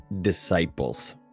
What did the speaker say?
disciples